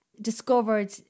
discovered